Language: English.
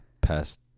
past